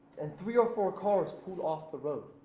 and three or four cars pulled off the road.